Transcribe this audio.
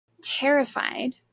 terrified